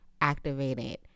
activated